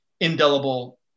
indelible